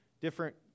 different